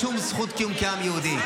הייתה לנו שום זכות קיום כעם יהודי.